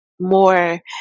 more